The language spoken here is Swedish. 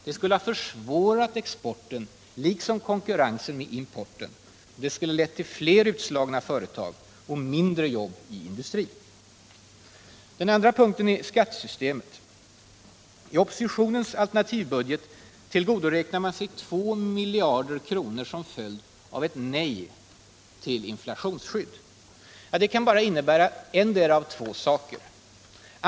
Det skulle ha försvårat exporten liksom konkurrensen med importen. Det skulle ha lett till fler utslagna företag och mindre jobb i industrin. Den andra punkten är skattesystemet. I oppositionens alternativbudget tillgodoräknar man sig 2 miljarder kronor som följd av ett nej till inflationsskydd. Det kan bara innebära endera av två saker.